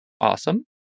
Awesome